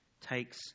takes